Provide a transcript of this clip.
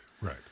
Right